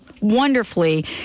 wonderfully